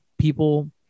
people